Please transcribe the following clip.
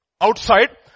outside